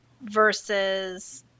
versus